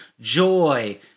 joy